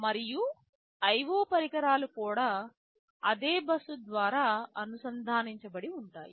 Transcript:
మరియు IO పరికరాలు కూడా అదే బస్సు ద్వారా అనుసంధానించబడి ఉంటాయి